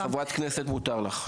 כחברת כנסת מותר לך.